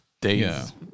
days